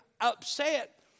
upset